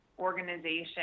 organization